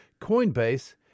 Coinbase